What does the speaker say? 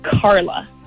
Carla